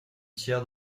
tiers